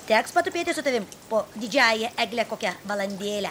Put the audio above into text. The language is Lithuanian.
teks patupėti su tavim po didžiąja egle kokią valandėlę